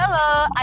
Hello